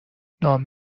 نام